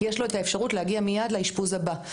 לבן אדם שהגיע יש את האפשרות להגיע מיד לאשפוז הבא.